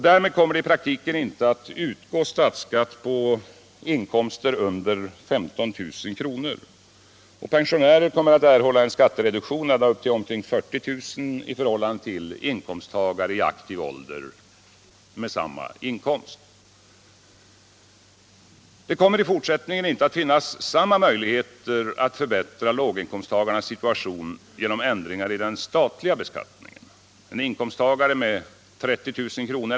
Därmed kommer det i praktiken inte att utgå statsskatt på årsinkomster under 15 000 kr. Pensionärer kommer att erhålla en skattereduktion ända upp till omkring 40 000 kr. i förhållande till inkomsttagare i aktiv ålder med samma inkomst. Det kommer i fortsättningen inte att finnas samma möjligheter som tidigare att förbättra låginkomsttagarnas situation genom ändringar i den statliga beskattningen. En inkomsttagare med 30 000 kr.